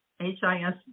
H-I-S